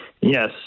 Yes